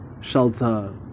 shelter